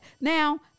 Now